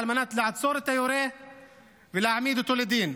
על מנת לעצור את היורה ולהעמיד אותו לדין.